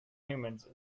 humans